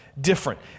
different